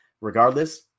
Regardless